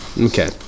Okay